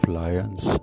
lions